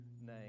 name